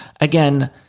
again